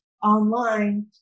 online